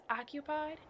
occupied